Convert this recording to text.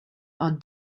are